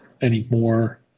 anymore